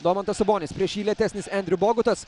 domantas sabonis prieš jį lėtesnis endriu bogutas